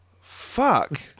Fuck